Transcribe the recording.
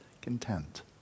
content